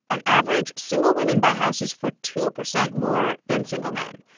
on average, single women buy houses for two percent more than single men,